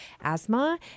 asthma